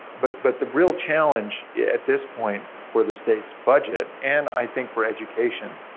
but but the real challenge at this point for the state's budget, and, i think, for education,